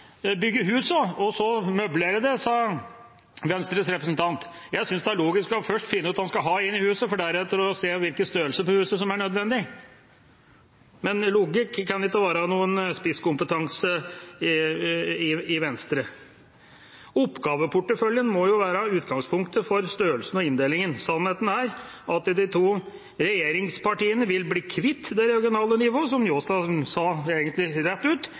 bygge husene og så møblere dem, sa Venstres representant. Jeg synes det er logisk først å finne ut hva man skal ha i husene, for deretter å se hva slags størrelse som er nødvendig på husene. Men logikk kan ikke være noen spisskompetanse i Venstre. Oppgaveporteføljen må være utgangspunktet for størrelsen og inndelingen. Sannheten er at de to regjeringspartiene vil bli kvitt det regionale nivået, som Njåstad egentlig sa rett ut.